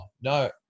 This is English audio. no